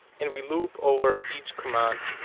and we loop over each command.